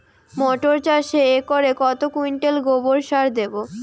মটর চাষে একরে কত কুইন্টাল গোবরসার দেবো?